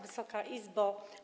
Wysoka Izbo!